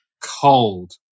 cold